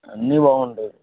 అన్నీ బాగంటాయి